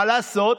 מה לעשות,